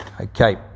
Okay